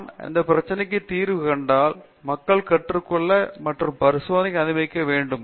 நாம் அந்த பிரச்சனைக்கு தீர்வு கண்டால் மக்கள் கற்றுக்கொள்ள மற்றும் பரிசோதனையை அனுமதிக்க வேண்டும்